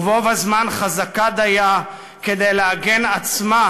ובו בזמן חזקה דייה כדי להגן על עצמה,